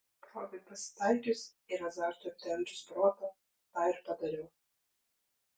progai pasitaikius ir azartui aptemdžius protą tą ir padariau